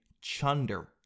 chunder